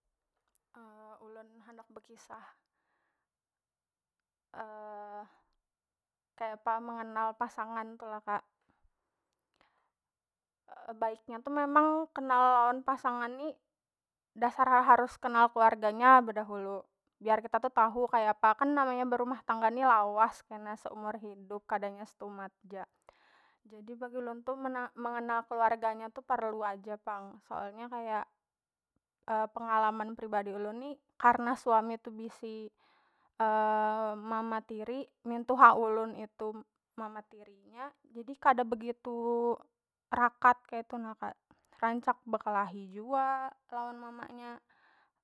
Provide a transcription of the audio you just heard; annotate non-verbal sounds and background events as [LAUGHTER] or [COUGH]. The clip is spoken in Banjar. [HESITATION] ulun handak bekisah [HESITATION] kaya apa mengenal pasangan tu lah kak [HESITATION] baiknya tu memang kenal lawan pasangan ni dasar hal tarus kenal keluarganya bedahulu biar kita tu tahu kaya apa kan namanya berumah tangga ni lawas kena seumur hidup kada nya stumat ja jadi bagi ulun tu [UNINTELLIGIBLE] mengenal keluarga nya tu perlu aja pang soalnya kaya pengalaman pribadi ulun ni karna suami tu bisi [HESITATION] mama tiri mintuha ulun itu mama tiri nya jadi kada begitu rakat kak rancak bekelahi jua lawan mama nya